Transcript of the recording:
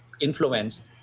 influence